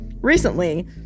recently